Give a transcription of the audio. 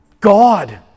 God